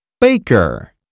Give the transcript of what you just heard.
Baker